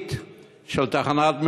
המעשית של תחנת מירון,